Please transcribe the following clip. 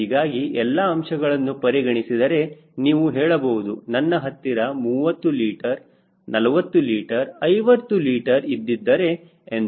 ಹೀಗಾಗಿ ಎಲ್ಲಾ ಅಂಶಗಳನ್ನು ಪರಿಗಣಿಸಿದರೆ ನೀವು ಹೇಳಬಹುದು ನನ್ನ ಹತ್ತಿರ 30 ಲೀಟರ್ 40 ಲೀಟರ್ 50 ಲೀಟರ್ ಇದ್ದಿದ್ದರೆ ಎಂದು